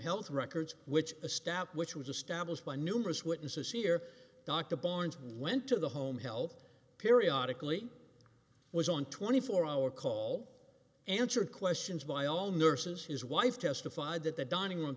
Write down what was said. health records which a stat which was established by numerous witnesses here dr barnes went to the home health periodic lee was on twenty four hour call answered questions by all nurses his wife testified that the dining room